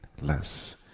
less